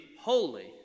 holy